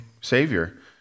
Savior